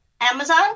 Amazon